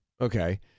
Okay